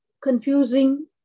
confusing